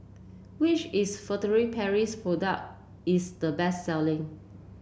which is Furtere Paris product is the best selling